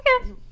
Okay